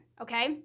okay